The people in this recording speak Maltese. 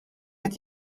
qed